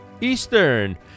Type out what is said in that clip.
eastern